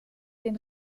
den